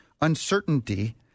uncertainty